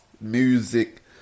music